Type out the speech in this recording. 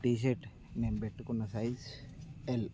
tea shirt నేను పెట్టుకున్న size L